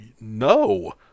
no